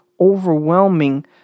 overwhelming